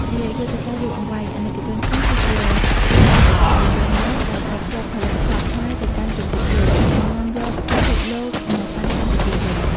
ជាយុទ្ធសាស្ត្រយូរអង្វែង អាណិកជនខ្មែរគឺជា ស្ពានសេដ្ឋកិច្ច ដ៏រឹងមាំដែលតភ្ជាប់ផលិតផលខ្មែរទៅកាន់ពិភពលោក និងនាំយកពិភពលោកមកកាន់កម្ពុជាវិញ។